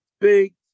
big